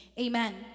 amen